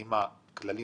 האם הכללים